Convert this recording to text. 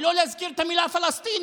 ולא להזכיר את המילה פלסטיני.